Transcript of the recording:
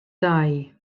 dau